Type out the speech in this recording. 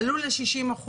עלו ל-60%,